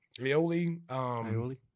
aioli